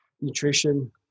nutrition